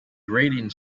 grating